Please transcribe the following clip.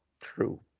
true